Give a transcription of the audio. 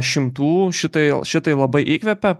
šimtų šitai šitai labai įkvepia